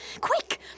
Quick